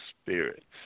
spirits